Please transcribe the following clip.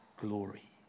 glory